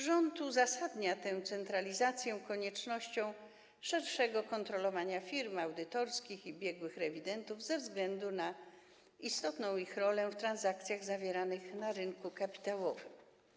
Rząd uzasadnia tę centralizację koniecznością szerszego kontrolowania firm audytorskich i biegłych rewidentów ze względu na istotną ich rolę w transakcjach zawieranych na rynku kapitałowym.